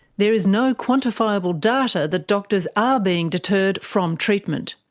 there is no quantifiable data that doctors are being deterred from treatment.